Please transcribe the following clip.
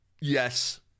yes